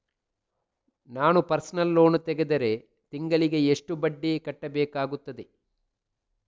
ನಾನು personal loan ತೆಗೆದರೆ ತಿಂಗಳಿಗೆ ಎಷ್ಟು ಬಡ್ಡಿ ಕಟ್ಟಬೇಕಾಗುತ್ತದೆ?